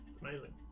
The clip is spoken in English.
amazing